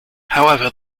however